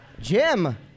Jim